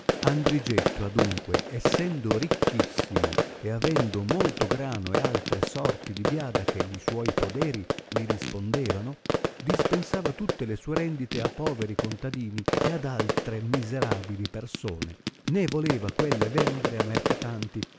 andrigetto adunque essendo ricchissimo e avendo molto grano e altre sorti di biada che gli suoi poderi li rispondevano dispensava tutte le sue rendite a poveri contadini e ad altre miserabili persone né voleva quelle vendere a mercatanti